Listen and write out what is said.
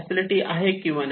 facility आहे किंवा नाही